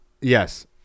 Yes